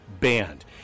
banned